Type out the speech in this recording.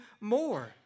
more